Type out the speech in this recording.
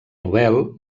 nobel